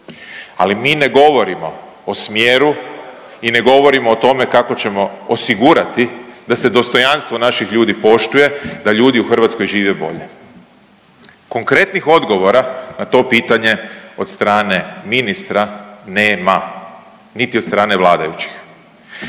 ali mi ne govorimo o smjeru i ne govorimo o tome kako ćemo osigurati da se dostojanstvo naših ljudi poštuje, da ljudi u Hrvatskoj žive bolje. Konkretnih odgovora na to pitanje od strane ministra nema, niti od strane vladajući.